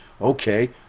Okay